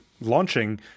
launching